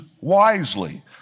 wisely